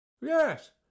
yes